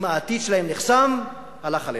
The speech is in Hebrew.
אם העתיד שלהם נחסם, הלך עלינו.